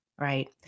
Right